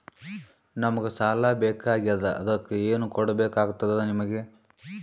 ನಮಗ ಸಾಲ ಬೇಕಾಗ್ಯದ ಅದಕ್ಕ ಏನು ಕೊಡಬೇಕಾಗ್ತದ ನಿಮಗೆ?